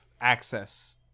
access